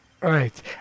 right